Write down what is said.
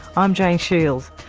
i'm jane shields.